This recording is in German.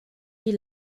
die